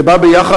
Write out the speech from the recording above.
זה בא ביחד,